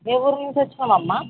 ఏ ఊరు నుంచి వచ్చినావు అమ్మా